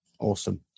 Awesome